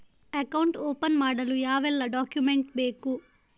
Account open ಮಾಡಲು ಯಾವೆಲ್ಲ document ಬೇಕು?